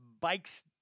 Bikes